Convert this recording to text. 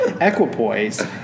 equipoise